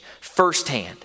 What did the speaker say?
firsthand